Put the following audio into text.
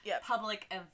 public